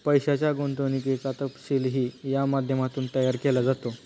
पैशाच्या गुंतवणुकीचा तपशीलही या माध्यमातून तयार केला जातो